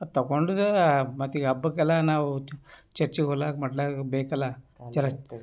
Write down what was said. ಅದು ತೊಗೊಂಡಿದ್ದೆ ಮತ್ತೀಗ ಹಬ್ಬಕ್ಕೆಲ್ಲ ನಾವು ಚರ್ಚ್ಗೆ ಹೋಗ್ಲಾಕ ಮಾಡ್ಲಾಕ ಬೇಕಲ್ಲ ಚರ್ಚ್ಗೆ